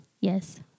Yes